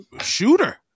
shooter